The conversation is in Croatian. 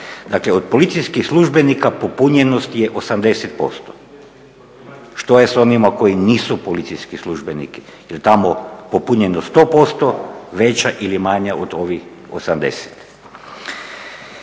Dakle, od policijskih službenika popunjenost je 80%, što je s onima koji nisu policijski službenici? Je li tamo popunjenost 100%, veća ili manja od ovih 80%?